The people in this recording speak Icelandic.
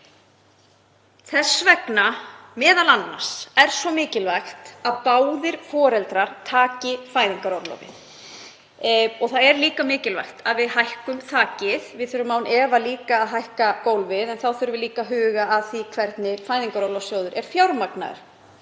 Þess vegna m.a. er svo mikilvægt að báðir foreldrar taki fæðingarorlof. Það er líka mikilvægt að við hækkum þakið. Við þurfum án efa líka að hækka gólfið en þá þurfum við einnig að huga að því hvernig Fæðingarorlofssjóður er fjármagnaður.